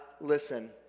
Listen